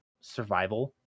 survival